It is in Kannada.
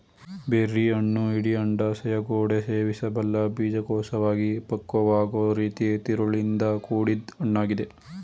ಬೆರ್ರಿಹಣ್ಣು ಇಡೀ ಅಂಡಾಶಯಗೋಡೆ ಸೇವಿಸಬಲ್ಲ ಬೀಜಕೋಶವಾಗಿ ಪಕ್ವವಾಗೊ ರೀತಿ ತಿರುಳಿಂದ ಕೂಡಿದ್ ಹಣ್ಣಾಗಿದೆ